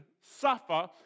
suffer